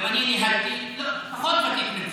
גם אני הייתי, פחות ותיק ממך.